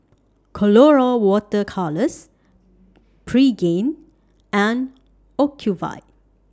Colora Water Colours Pregain and Ocuvite